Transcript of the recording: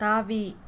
தாவி